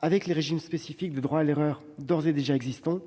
avec les régimes spécifiques de droit à l'erreur existants,